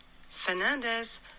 Fernandez